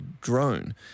drone